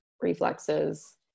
reflexes